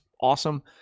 awesome